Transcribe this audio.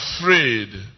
afraid